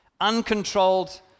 uncontrolled